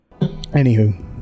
anywho